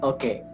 Okay।